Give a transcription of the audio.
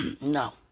No